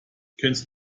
kennst